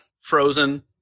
Frozen